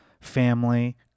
family